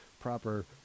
proper